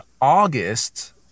August